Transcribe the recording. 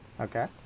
Okay